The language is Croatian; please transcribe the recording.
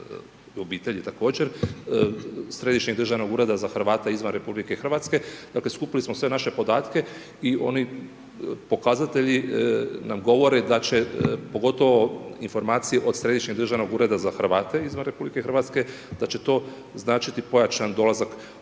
obitelji također, Središnjeg državnog ureda za Hrvate izvan RH. Dakle skupili smo sve naše podatke i oni pokazatelji nam govore da će pogotovo informacije od Središnjeg državnog ureda za Hrvate izvan RH da će to značiti pojačan dolazak,